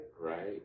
Right